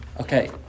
Okay